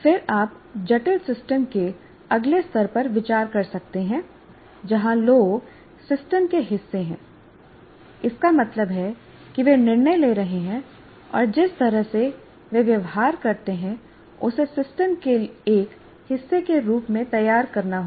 फिर आप जटिल सिस्टम के अगले स्तर पर विचार कर सकते हैं जहां लोग सिस्टम के हिस्से हैं इसका मतलब है कि वे निर्णय ले रहे हैं और जिस तरह से वे व्यवहार करते हैं उसे सिस्टम के एक हिस्से के रूप में तैयार करना होगा